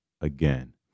again